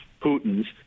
Putin's